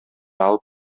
алып